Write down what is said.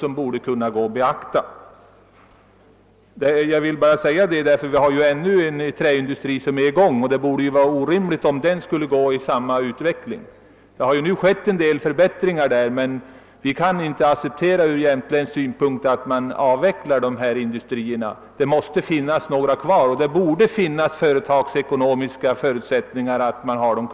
Jag har velat framhålla detta, eftersom det än så länge finns en träindustri kvar där uppe, och det vore orimligt om den skulle möta samma öde. Det har också skett vissa förbättringar där. Från jämtländsk synpunkt kan vi inte acceptera att de här industrierna avvecklas. Det måste också finnas företagsekonomiska förutsättningar att behålla dem.